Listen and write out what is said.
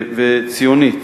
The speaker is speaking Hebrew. תודעה יהודית וציונית.